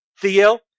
Theo